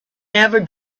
never